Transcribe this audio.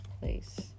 place